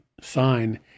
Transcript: sign